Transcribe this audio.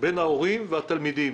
בין ההורים והתלמידים.